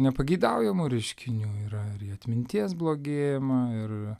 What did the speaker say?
nepageidaujamų reiškinių yra atminties blogėjimą ir